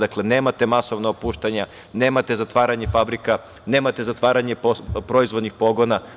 Dakle, nemate masovna otpuštanja, nemate zatvaranje fabrika, nemate zatvaranje proizvoljnih pogona.